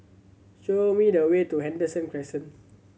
show me the way to Henderson Crescent